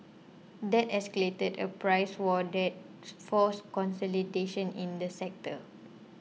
that escalated a price war that's forced consolidation in the sector